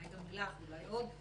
אולי גם לילך אולי עוד,